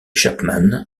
chapman